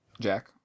Jack